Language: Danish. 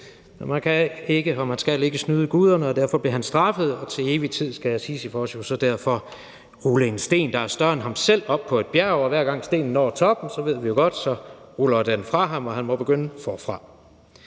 man skal ikke, snyde guderne, og derfor blev han straffe, og til evig tid skal Sisyfos jo så derfor rulle en sten, der er større end ham selv, op på et bjerg. Og hver gang stenen når toppen, ved vi jo godt, at så ruller den fra ham, og han må begynde forfra.